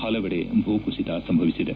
ಪಲವೆಡೆ ಭೂಕುಸಿತ ಸಂಭವಿಸಿದೆ